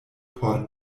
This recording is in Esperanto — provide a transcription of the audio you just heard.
por